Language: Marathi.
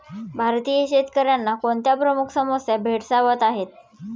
भारतीय शेतकऱ्यांना कोणत्या प्रमुख समस्या भेडसावत आहेत?